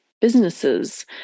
businesses